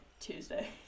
Tuesday